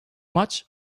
maç